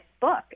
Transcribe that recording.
book